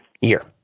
year